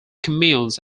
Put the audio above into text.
communes